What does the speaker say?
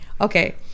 Okay